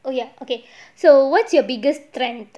oh ya okay so what's your biggest strength